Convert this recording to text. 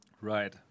Right